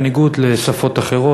בניגוד לשפות אחרות.